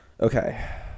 Okay